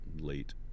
late